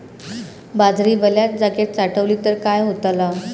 बाजरी वल्या जागेत साठवली तर काय होताला?